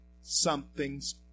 something's